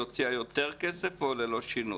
היא הוציאה יותר כסף או שללא שינוי?